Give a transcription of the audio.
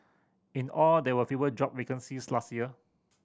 in all there were fewer job vacancies last year